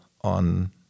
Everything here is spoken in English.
on